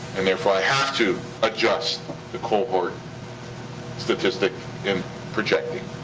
and therefore i have to adjust the cohort statistic in projecting.